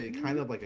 ah kind of of like